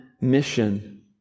mission